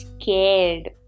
scared